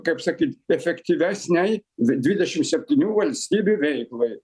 kaip sakyt efektyvesnei dvi dvidešim septynių valstybių veiklai